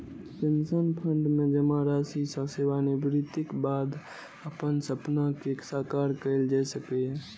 pension fund मे जमा राशि सं सेवानिवृत्तिक बाद अपन सपना कें साकार कैल जा सकैए